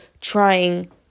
trying